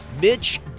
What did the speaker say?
Mitch